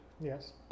Yes